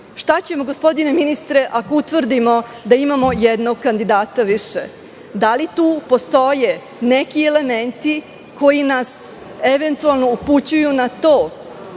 Šta ćemo ako utvrdimo da imamo jednog kandidata više? Da li tu postoje neki elementi koji nas eventualno upućuju na to